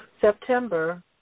September